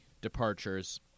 departures